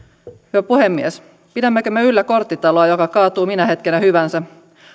hyvä puhemies pidämmekö me yllä korttitaloa joka kaatuu minä hetkenä hyvänsä